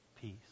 peace